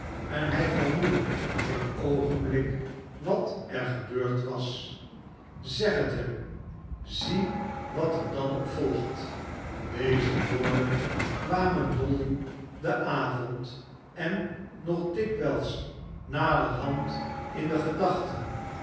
en hij vermoedde geen oogenblik wat er gebeurd was zeg het hem zie wat er dan op volgt deze woorden kwamen dolly dien avond en nog dikwijls naderhand in de gedachten